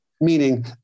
Meaning